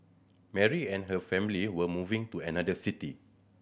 Mary and her family were moving to another city